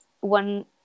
one